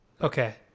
Okay